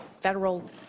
federal